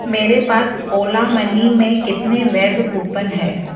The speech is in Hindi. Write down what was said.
मेरे पास ओला मनी में कितने वैध कूपन हैं